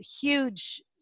huge